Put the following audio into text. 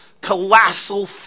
colossal